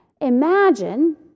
Imagine